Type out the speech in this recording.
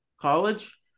college